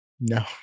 No